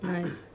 Nice